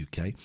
uk